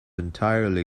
entirely